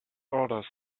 orders